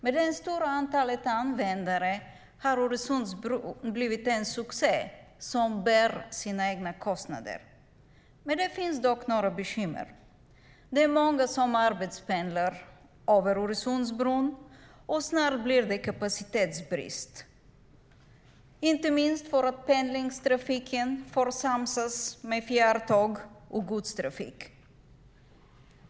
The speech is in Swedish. Med det stora antalet användare har Öresundsbron blivit en succé som bär sina egna kostnader. Det finns dock några bekymmer. Det är många som arbetspendlar över Öresundsbron, och snart blir det kapacitetsbrist, inte minst för att pendlingstrafiken får samsas med fjärrtåg och godstrafik.